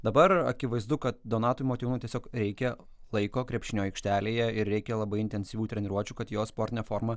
dabar akivaizdu kad donatui motiejūnui tiesiog reikia laiko krepšinio aikštelėje ir reikia labai intensyvių treniruočių kad jo sportinė forma